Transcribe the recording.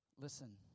Listen